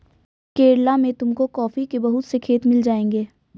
केरला में तुमको कॉफी के बहुत से खेत मिल जाएंगे